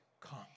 come